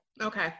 Okay